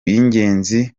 y’ingenzi